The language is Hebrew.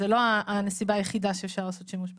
זו לא הנסיבה היחידה שאפשר לעשות שימוש באתר.